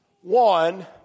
One